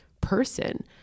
person